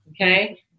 Okay